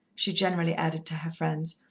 she generally added to her friends.